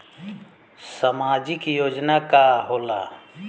सामाजिक योजना का होला?